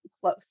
close